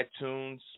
iTunes